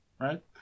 right